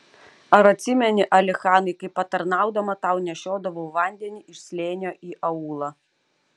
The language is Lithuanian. ar atsimeni alichanai kaip patarnaudama tau nešiodavau vandenį iš slėnio į aūlą